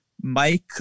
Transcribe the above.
Mike